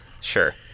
Sure